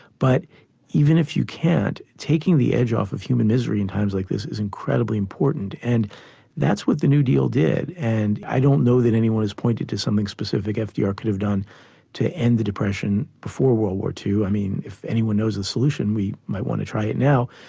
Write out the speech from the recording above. but even if you can't, taking the edge off of human misery in times like this is incredibly important, and that's what the new deal did, and i don't know that anyone has pointed to something specific fdr could have done to end the depression before world war ii. i mean if anyone knows a solution we might want to try it now.